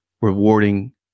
rewarding